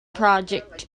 project